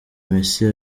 messi